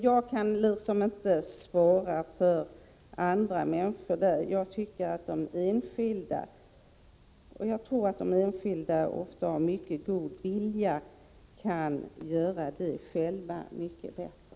Jag kan alltså inte svara för andra människor. Jag tror att enskilda ofta med god vilja kan avgöra detta själva mycket bättre.